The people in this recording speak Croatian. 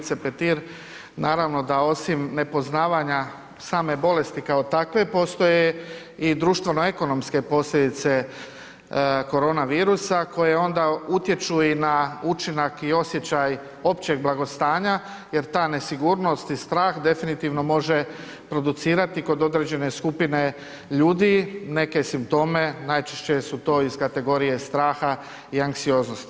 Uvažena kolegice Petir, naravno da osim nepoznavanja same bolesti kao takve postoje i društveno ekonomske posljedice korona virusa koje onda utječu i na učinak i osjećaj općeg blagostanja jer ta nesigurnost i strah definitivno može producirati kod određene skupine ljudi neke simptome, najčešće su to iz kategorije straha i anksioznosti.